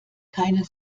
keine